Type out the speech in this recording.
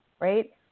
right